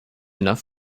enough